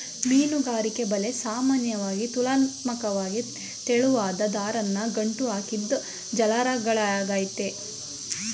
ಮೀನುಗಾರಿಕೆ ಬಲೆ ಸಾಮಾನ್ಯವಾಗಿ ತುಲನಾತ್ಮಕ್ವಾಗಿ ತೆಳುವಾದ್ ದಾರನ ಗಂಟು ಹಾಕಿದ್ ಜಾಲರಿಗಳಾಗಯ್ತೆ